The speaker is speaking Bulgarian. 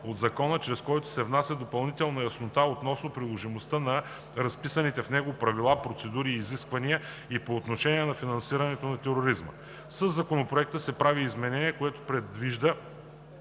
от Закона, чрез които се внася допълнителна яснота относно приложимостта на разписаните в него правила, процедури и изисквания и по отношение на финансирането на тероризма. Със Законопроекта се прави изменение, което предвижда,